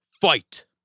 Fight